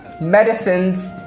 medicines